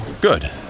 Good